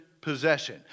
possession